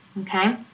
Okay